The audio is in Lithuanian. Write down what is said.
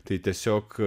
tai tiesiog